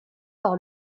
par